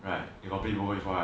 right you got play poker before right